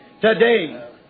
today